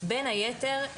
בין היתר,